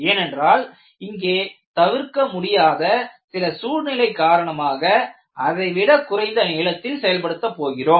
ஏனென்றால் இங்கே தவிர்க்க முடியாத சில சூழ்நிலை காரணமாக அதை விட குறைந்த நீளத்தில் செயல்படுத்தப் போகிறோம்